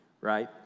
right